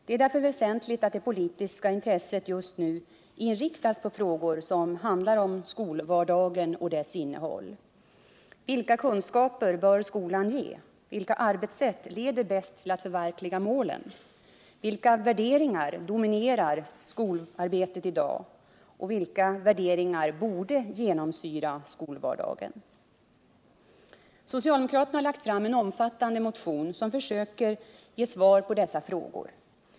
Det är dårför väsentligt att det politiska intresset just inriktas på frågor som handlar om skolvardagen och dess innehåll. Vilka kunskaper bör skolan ge, vilka arbetssätt leder bäst till att förverkliga målen, vilka värderingar dominerar skolarbetet i dag och vilka värderingar borde genomsyra skolvardagen? Socialdemokraterna har lagt fram en omfattande motion som försöker ge svar på dessa frågor.